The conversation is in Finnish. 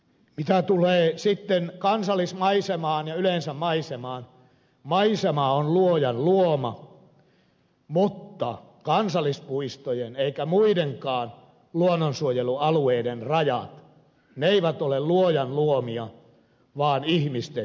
mitä tulee sitten kansallismaisemaan ja yleensä maisemaan maisema on luojan luoma mutta eivät kansallispuistojen eivätkä muidenkaan luonnonsuojelualueiden rajat ole luojan luomia vaan ihmisten säätämiä